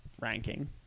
ranking